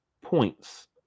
points